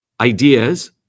ideas